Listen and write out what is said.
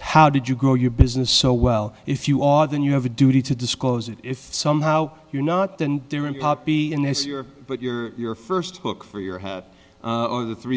how did you grow your business so well if you are then you have a duty to disclose it if somehow you're not there in poppy in this year but your first book for your hat or the three